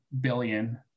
billion